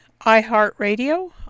iHeartRadio